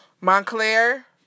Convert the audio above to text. Montclair